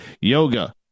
yoga